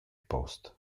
post